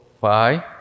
Five